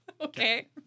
Okay